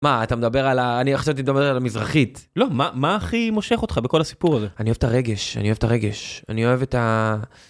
מה, אתה מדבר על ה... אני חשבתי שאתה מדבר על המזרחית. לא, מה הכי מושך אותך בכל הסיפור הזה? אני אוהב את הרגש, אני אוהב את הרגש. אני אוהב את ה...